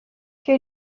que